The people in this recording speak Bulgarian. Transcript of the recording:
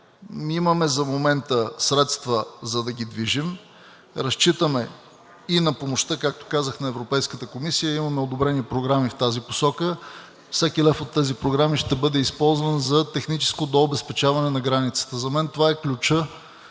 Имаме за момента средства, за да ги движим. Разчитаме и на помощта, както казах, на Европейската комисия. Имаме одобрени програми в тази посока. Всеки лев от тези програми ще бъде използван за техническо дообезпечаване на границата. За мен това е ключът